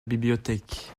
bibliothèque